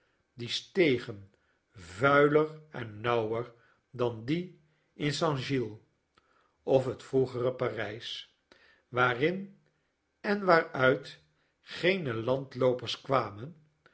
de stegen vuiler en nauwer dan die in st giles of het vroegere p a r ij s waarin en waaruit geene landloopers kwamen